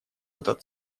этот